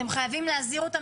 אתם חייבים להזהיר אותם,